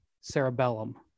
cerebellum